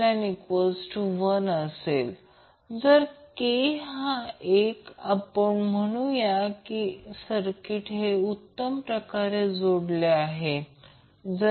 तर यालाच इंडक्टिव्ह आणि कॅपॅसिटीव सर्किटचे पॅरलेल रेसोनन्स म्हणतात